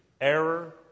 error